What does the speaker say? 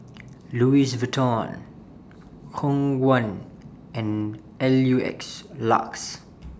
Louis Vuitton Khong Guan and L U X LUX